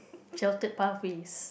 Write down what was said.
shouted Puffies